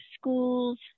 schools